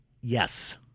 Yes